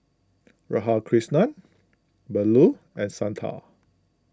Radhakrishnan Bellur and Santha